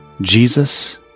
Jesus